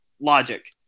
logic